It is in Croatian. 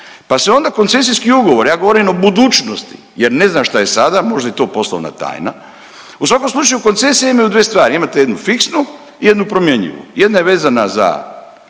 pa se onda koncesijski ugovori, ja govorim o budućnosti jer ne znam šta je sada, možda je to poslovna tajna. U svakom slučaju koncesije imaju dvije stvari. Imate jednu fiksnu, jednu promjenjivu. Jedna je vezana za